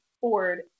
Ford